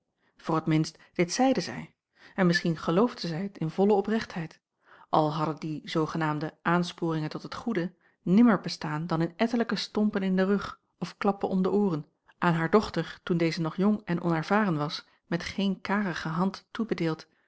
voor t minst dit zeide zij en misschien geloofde zij t in volle oprechtheid al hadden die zoogenaamde aansporingen tot het goede nimmer bestaan dan in ettelijke jacob van ennep laasje evenster stompen in den rug of klappen om de ooren aan haar dochter toen deze nog jong en onervaren was met geen karige hand toebedeeld